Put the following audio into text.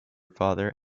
father